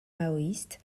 maoïste